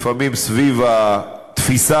לפעמים סביב התפיסה,